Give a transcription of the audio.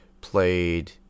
played